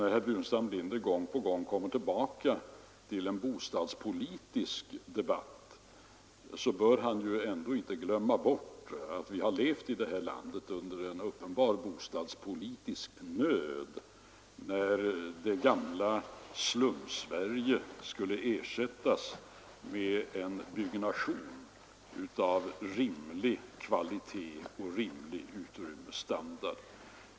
När herr Burenstam Linder gång på gång kommer tillbaka till en bostadspolitisk debatt bör han inte glömma bort att vi har levt i det här landet under en uppenbar bostadspolitisk nöd, när det gamla Slumsverige skulle ersättas med en byggnation av rimlig kvalitet och rimlig utrymmesstandard.